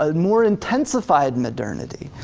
ah more intensified modernity.